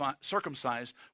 circumcised